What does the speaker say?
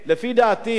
לפי דעתי,